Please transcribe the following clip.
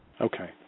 Okay